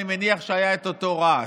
אני מניח שהיה אותו רעש.